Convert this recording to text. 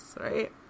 right